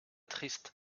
triste